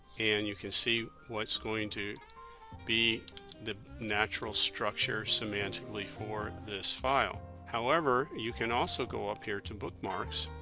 and you can see what's going to be the natural structure semantically for this file however you can also go up here to bookmarks